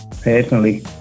personally